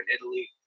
Italy